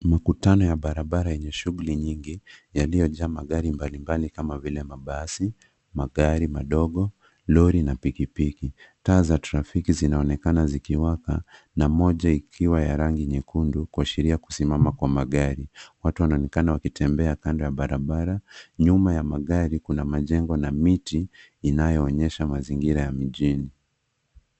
Makutano ya barabara yenye shughuli nyingi. Yaliyojaa magari mbalimbali kama vile mabasi, magari madogo, lori na pikipiki. Taa za trafiki zinaonekana zikiwaka na moja ikiwa ya rangi nyekundu, kuashiria kusimama kwa magari. Watu wanaonekana wakitembea kando ya barabara. Nyuma ya magari kuna majengo na miti, inayoonyesha mazingira ya mjini.